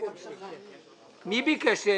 אפשר?